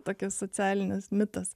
tokias socialines mitas